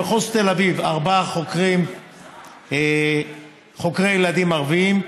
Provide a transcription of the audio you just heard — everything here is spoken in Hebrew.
במחוז תל אביב ארבעה חוקרי ילדים ערבים,